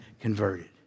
converted